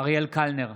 אריאל קלנר,